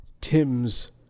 Tim's